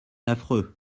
affreux